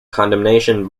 condemnation